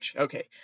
okay